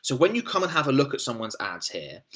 so when you come and have a look at someone's ads here,